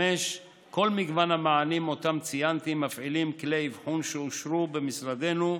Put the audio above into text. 5. כל מגוון המענים שציינתי מפעילים כלי אבחון שאושרו במשרדנו,